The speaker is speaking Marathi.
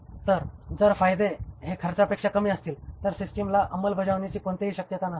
तर जर फायदे हे खर्चापेक्षा कमी असतील तर सिस्टिमच्या अंमलबजावणी कोणतीही शक्यता नसते